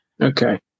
Okay